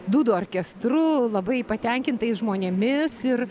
dūdų orkestru labai patenkintais žmonėmis ir